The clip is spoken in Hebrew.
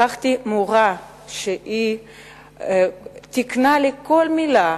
לקחתי מורה שתיקנה לי כל מלה,